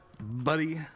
buddy